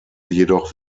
jedoch